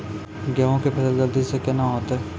गेहूँ के फसल जल्दी से के ना होते?